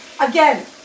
again